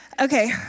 Okay